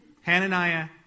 Hananiah